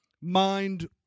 mind